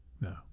No